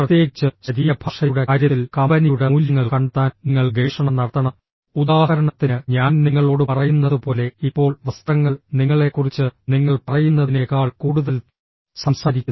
പ്രത്യേകിച്ച് ശരീരഭാഷയുടെ കാര്യത്തിൽ കമ്പനിയുടെ മൂല്യങ്ങൾ കണ്ടെത്താൻ നിങ്ങൾ ഗവേഷണം നടത്തണം ഉദാഹരണത്തിന് ഞാൻ നിങ്ങളോട് പറയുന്നതുപോലെ ഇപ്പോൾ വസ്ത്രങ്ങൾ നിങ്ങളെക്കുറിച്ച് നിങ്ങൾ പറയുന്നതിനേക്കാൾ കൂടുതൽ സംസാരിക്കുന്നു